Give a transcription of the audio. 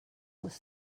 was